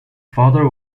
father